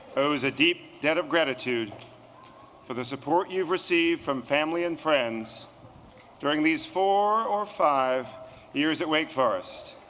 owes a deep debt of gratitude for the support you've received from family and friends during these four or five years at wake forest.